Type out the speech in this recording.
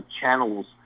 channels